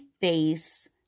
face